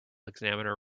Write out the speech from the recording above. examiner